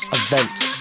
events